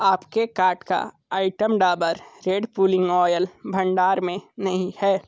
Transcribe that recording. आप के कार्ट का item Dabur red pulling oil भंडार में नहीं है